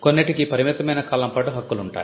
కొన్నింటికి పరిమితమైన కాలం పాటు హక్కులుంటాయి